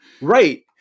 Right